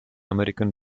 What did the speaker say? american